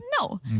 No